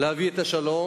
להביא את השלום,